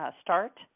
start